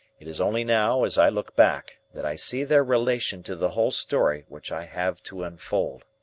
it is only now, as i look back, that i see their relation to the whole story which i have to unfold.